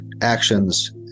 actions